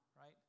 right